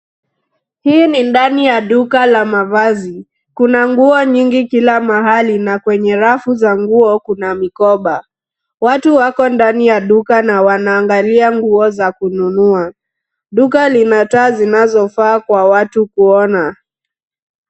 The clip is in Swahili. Hii ni ndani ya duka la mavazi. Kuna nguo nyingi kila mahali na kwenye rafu za nguo kuna mikoba. Watu wako ndani ya duka na wanaangalia nguo za kununua. Duka lina taa zinazofaa kwa watu kuona.